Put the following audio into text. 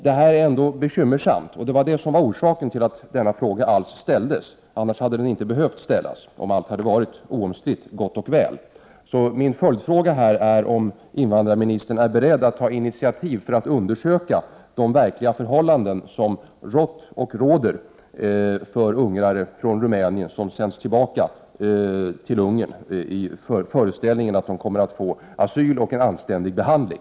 Det här är bekymmersamt, och det var det som var orsaken till att min fråga över huvud taget ställdes. Om allt hade varit oomstritt gott och väl hade den inte behövt ställas. Min följdfråga är om invandrarministern är beredd att ta initiativ för att undersöka de verkliga förhållanden som rått och råder för ungrare från Rumänien vilka sänds tillbaka till Ungern i föreställningen att de kommer att få asyl och en anständig behandling?